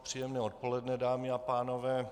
Příjemné odpoledne, dámy a pánové.